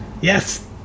yes